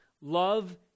Love